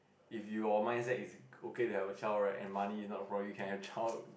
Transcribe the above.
if your mindset is okay to have a child right and money is not a problem you can have child